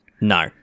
No